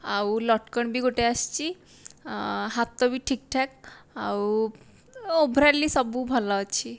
ଆଉ ଲଟକଣ ବି ଗୋଟେ ଆସିଛି ହାତ ବି ଠିକ ଠାକ ଆଉ ଓଭରାଲି ସବୁ ଭଲ ଅଛି